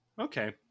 okay